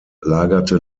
lagerte